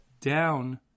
down